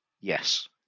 yes